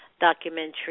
Documentary